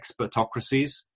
expertocracies